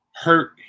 hurt